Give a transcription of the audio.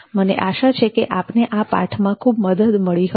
મને આશા છે કે આપ આઠમાં તમને મદદ મળી હશે